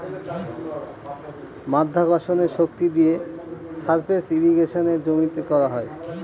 মাধ্যাকর্ষণের শক্তি দিয়ে সারফেস ইর্রিগেশনে জমিতে করা হয়